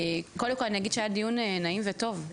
קודם כל אני אגיד שהיה דיון נעים וטוב,